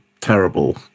terrible